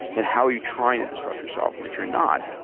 and how are you trying to disrupt yourself? and if you're not,